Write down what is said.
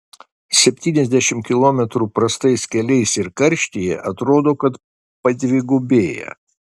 septyniasdešimt kilometrų prastais keliais ir karštyje atrodo kad padvigubėja